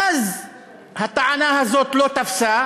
ואז הטענה הזאת לא תפסה,